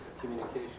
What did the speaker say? communication